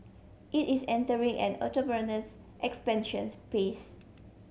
it is entering an autonomous expansions phase